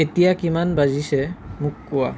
এতিয়া কিমান বাজিছে মোক কোৱা